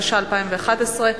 התשע"א 2011,